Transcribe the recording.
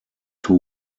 two